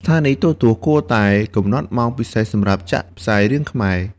ស្ថានីយទូរទស្សន៍គួរតែកំណត់ម៉ោងពិសេសសម្រាប់ចាក់ផ្សាយរឿងខ្មែរ។